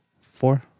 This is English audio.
Four